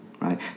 right